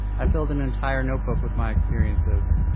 i filled an entire notebook with my experiences,